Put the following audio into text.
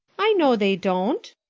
i know they don't,